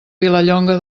vilallonga